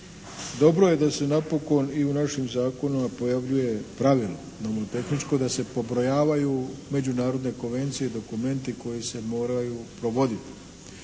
Dobro je da se napokon i u našem zakonu pojavljuje pravilo nomotehničko da se pobrojavaju međunarodne konvencije i dokumenti koji se moraju provoditi